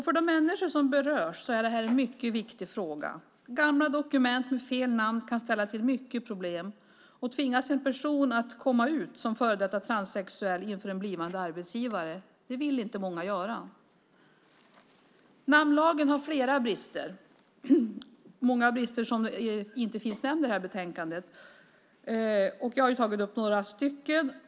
För de människor som berörs är detta en mycket viktig fråga. Gamla dokument med fel namn kan ställa till mycket problem och tvinga en person att "komma ut" som före detta transsexuell inför en blivande arbetsgivare. Det vill inte många göra. Namnlagen har flera brister, och många brister nämns inte i detta betänkande. Jag har tagit upp några.